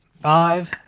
Five